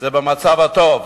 זה במצב הטוב,